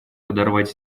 подорвать